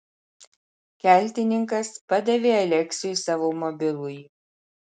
keltininkas padavė aleksiui savo mobilųjį